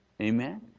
Amen